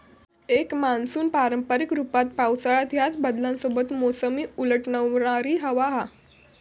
एक मान्सून पारंपारिक रूपात पावसाळ्यात ह्याच बदलांसोबत मोसमी उलटवणारी हवा हा